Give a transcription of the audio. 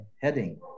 heading